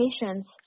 patients